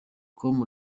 com